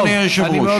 אדוני היושב-ראש.